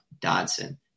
Dodson